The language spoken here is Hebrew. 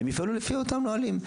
הם יפעלו לפי אותם נהלים,